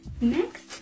next